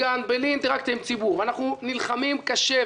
ואני אומר את זה מניסיוני גם מתוך הממשלה